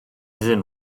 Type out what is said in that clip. iddyn